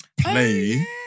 play